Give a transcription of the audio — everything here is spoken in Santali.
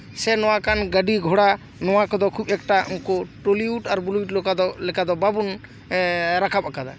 ᱥᱮ ᱱᱚᱣᱟ ᱠᱟᱱ ᱜᱟᱹᱰᱤ ᱜᱷᱚᱲᱟ ᱱᱚᱣᱟ ᱠᱚᱫᱚ ᱠᱷᱩᱵᱽ ᱮᱠᱴᱟ ᱩᱱᱠᱩ ᱴᱚᱞᱤᱣᱩᱰ ᱟᱨ ᱵᱚᱞᱤᱣᱩᱰ ᱞᱮᱠᱟ ᱫᱚ ᱵᱟᱵᱚᱱ ᱨᱟᱠᱟᱵ ᱠᱟᱫᱟ